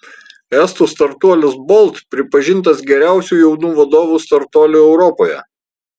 estų startuolis bolt pripažintas geriausiu jaunų vadovų startuoliu europoje